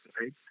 right